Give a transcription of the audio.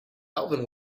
alvin